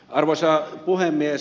arvoisa puhemies